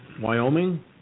Wyoming